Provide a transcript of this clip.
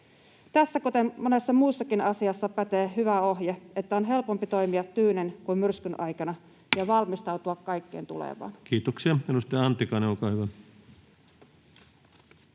Tässä, kuten monessa muussakin asiassa, pätee hyvä ohje, että on helpompi toimia tyynen kuin myrskyn aikana, ja silloin on valmistauduttava kaikkeen tulevaan. Kiitoksia. — Edustaja Antikainen, olkaa hyvä.